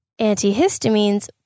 Antihistamines